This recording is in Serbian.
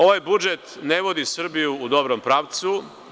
Ovaj budžet ne vodi Srbiju u dobrom pravcu.